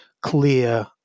clear